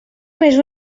més